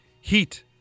heat